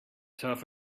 turf